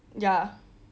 ya